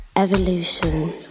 evolution